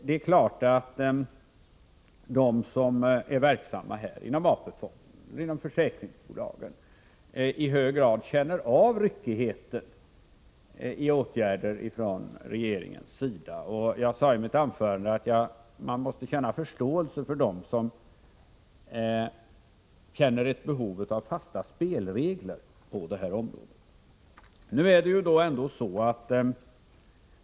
Det är klart att de som är verksamma inom AP-fonderna och försäkringsbolagen i hög grad känner av ryckigheten i åtgärderna från regeringens sida. Jag sade i mitt anförande att man måste ha förståelse för dem som känner behov av fasta spelregler på det här området.